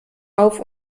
auf